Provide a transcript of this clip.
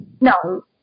No